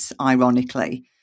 ironically